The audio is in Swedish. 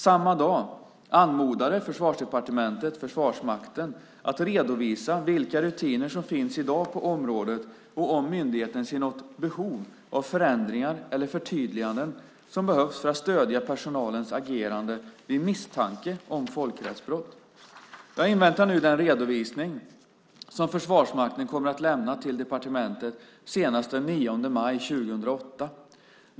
Samma dag anmodade Försvarsdepartementet Försvarsmakten att redovisa vilka rutiner som finns i dag på området och om myndigheten ser något behov av förändringar eller förtydliganden som behövs för att stödja personalens agerande vid misstanke om folkrättsbrott. Jag inväntar nu den redovisning som Försvarsmakten kommer att lämna till departementet senast den 9 maj 2008.